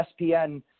ESPN